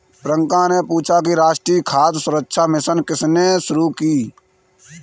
प्रियंका ने पूछा कि राष्ट्रीय खाद्य सुरक्षा मिशन किसने शुरू की?